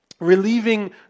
relieving